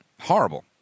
horrible